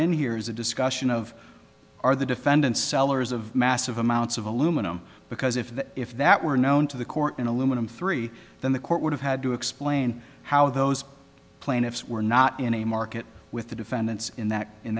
in here is a discussion of are the defendants sellers of massive amounts of aluminum because if that if that were known to the court in aluminum three then the court would have had to explain how those plaintiffs were not in a market with the defendants in that in